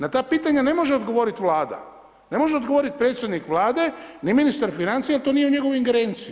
Na ta pitanja ne može odgovoriti Vlada, ne može odgovoriti predsjednik Vlade ni ministar financija, to nije u njegovoj ingerenciji.